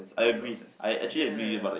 makes a lot of sense ya